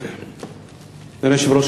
אדוני היושב-ראש,